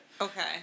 Okay